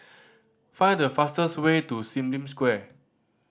find the fastest way to Sim Lim Square